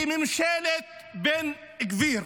היא ממשלת בן גביר.